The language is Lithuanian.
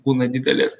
būna didelės